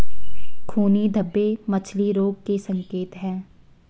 खूनी धब्बे मछली रोग के संकेत हैं